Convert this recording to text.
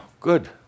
Good